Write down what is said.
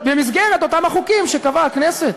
במסגרת אותם החוקים שקבעה הכנסת.